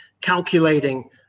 calculating